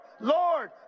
Lord